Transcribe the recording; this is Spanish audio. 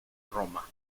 roma